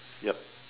yup